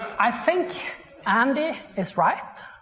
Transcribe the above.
i think andy is right.